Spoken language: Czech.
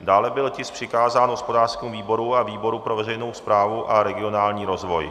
Dále byl tisk přikázán hospodářskému výboru a výboru pro veřejnou správu a regionální rozvoj.